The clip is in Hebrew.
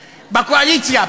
בקואליציה,